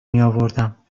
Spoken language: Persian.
میاوردم